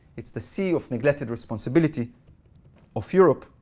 it's the sea of neglected responsibility of europe.